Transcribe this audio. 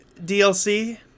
DLC